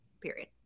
period